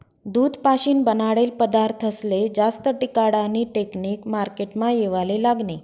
दूध पाशीन बनाडेल पदारथस्ले जास्त टिकाडानी टेकनिक मार्केटमा येवाले लागनी